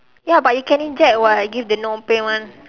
ya but you can inject [what] give the non pain one